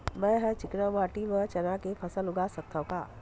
मै ह चिकना माटी म चना के फसल उगा सकथव का?